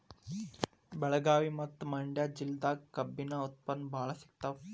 ಬೆಳಗಾವಿ ಮತ್ತ ಮಂಡ್ಯಾ ಜಿಲ್ಲೆದಾಗ ಕಬ್ಬಿನ ಉತ್ಪನ್ನ ಬಾಳ ಸಿಗತಾವ